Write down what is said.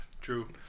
True